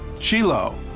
chilo,